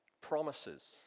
promises